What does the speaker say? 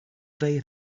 they